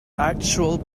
actual